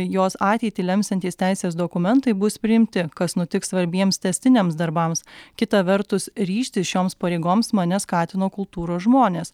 jos ateitį lemsiantys teisės dokumentai bus priimti kas nutiks svarbiems tęstiniams darbams kita vertus ryžtis šioms pareigoms mane skatino kultūros žmonės